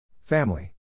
Family